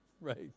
Right